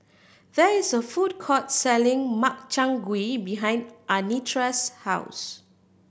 there is a food court selling Makchang Gui behind Anitra's house